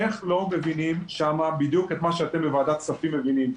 איך לא מבינים שם בדיוק את מה שאתם בוועדת הכספים מבינים?